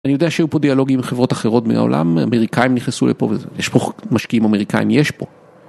אני יודע שהיו פה דיאלוגים עם חברות אחרות מהעולם, אמריקאים נכנסו לפה ויש פה משקיעים אמריקאים, יש פה.